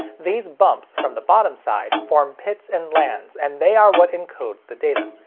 these bumps, from the bottom side, form pits and lands and they are what encodes the data.